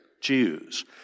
Jews